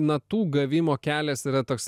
natų gavimo kelias yra toks